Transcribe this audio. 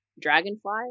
dragonfly